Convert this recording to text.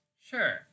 Sure